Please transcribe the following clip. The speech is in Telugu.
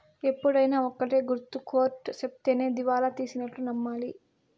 ఎప్పుడైనా ఒక్కటే గుర్తు కోర్ట్ సెప్తేనే దివాళా తీసినట్టు నమ్మాలి